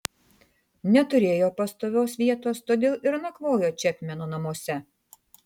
neturėjo pastovios vietos todėl ir nakvojo čepmeno namuose